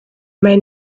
may